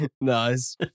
Nice